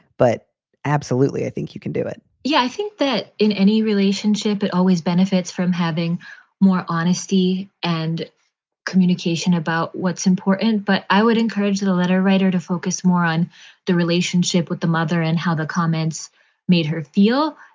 but absolutely. i think you can do it yeah. i think that in any relationship, it always benefits from having more honesty and communication about what's important. but i would encourage the the letter writer to focus more on the relationship with the mother and how the comments made her feel,